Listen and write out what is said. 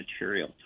material